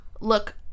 look